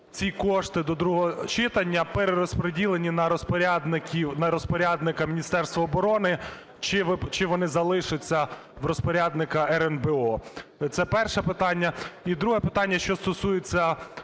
ці кошти до другого читання перерозпреділені на розпорядника Міністерства оборони, чи вони залишаться в розпорядника РНБО? Це перше питання. І друге питання, що стосується